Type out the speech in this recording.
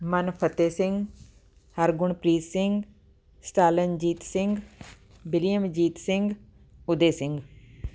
Manfateh Singh Hargunpreet Singh Stalinjit Singh Williamjit Singh Uday Singh